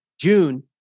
June